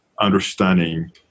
understanding